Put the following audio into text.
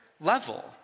level